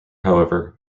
however